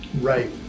Right